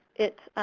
it